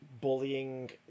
bullying